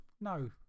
No